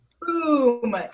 Boom